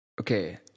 Okay